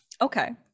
Okay